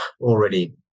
already